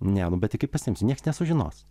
ne nu bet tai kai pasiimsiu nieks nesužinos